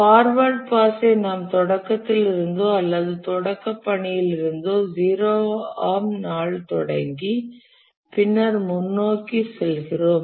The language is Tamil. ஃபார்வர்ட் பாஸ் ஐ நாம் தொடக்கத்திலிருந்தோ அல்லது தொடக்கப் பணியிலிருந்தோ 0 ஆம் நாள் தொடங்கி பின்னர் முன்னோக்கிச் செயல்படுகிறோம்